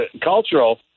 cultural